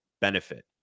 benefit